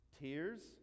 tears